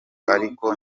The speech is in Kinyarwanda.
ariko